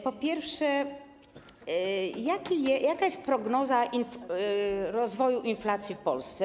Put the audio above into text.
Po pierwsze: Jaka jest prognoza rozwoju inflacji w Polsce?